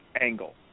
Angle